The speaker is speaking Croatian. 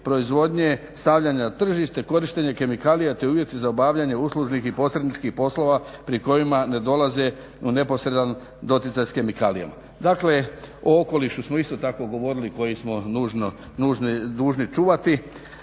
proizvodnje, stavljanja na tržište, korištenje kemikalija te uvjeti za obavljanje uslužnih i posredničkih poslova pri kojima ne dolaze u neposredan doticaj sa kemikalijama. Dakle, o okolišu smo isto tako govorili koji smo dužni čuvati